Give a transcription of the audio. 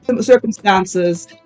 circumstances